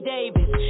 Davis